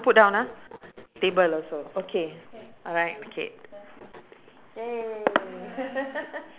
I was drawing uh two point five or two point eight and those days is big you know